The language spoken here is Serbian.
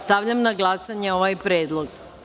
Stavljam na glasanje ovaj Predlog.